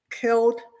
killed